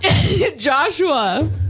Joshua